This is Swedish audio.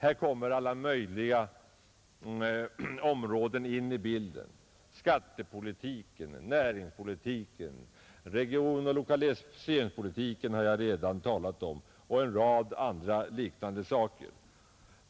Här kommer alla möjliga områden in i bilden: skattepolitiken, näringspolitiken — regionaloch lokaliseringspolitiken har jag redan talat om — och en rad andra liknande saker.